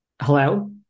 hello